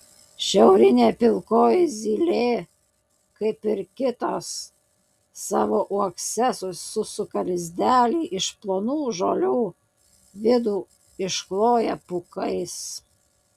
šiaurinė pilkoji zylė kaip ir kitos savo uokse susuka lizdelį iš plonų žolių vidų iškloja pūkais